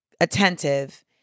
attentive